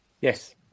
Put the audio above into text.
Yes